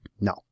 No